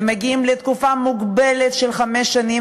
הם מגיעים לתקופה מוגבלת של חמש שנים,